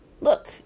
Look